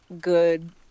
good